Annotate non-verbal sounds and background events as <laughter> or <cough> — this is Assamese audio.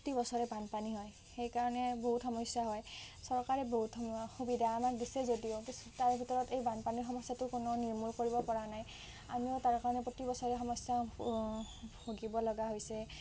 প্ৰতি বছৰে বানপানী হয় সেইকাৰণে বহুত সমস্যা হয় চৰকাৰে বহুত <unintelligible> সুবিধা আমাক দিছে যদিও কিছু তাৰে ভিতৰত এই বানপানী সমস্যাটো কোনো নিৰ্মূল কৰিব পৰা নাই আমিও তাৰ কাৰণে প্ৰতি বছৰে সমস্যাত ভুগিব লগা হৈছে